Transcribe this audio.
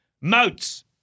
Motes